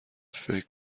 فکر